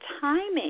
timing